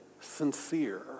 sincere